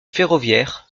ferroviaire